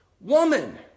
woman